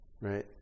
Right